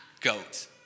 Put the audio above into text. Goat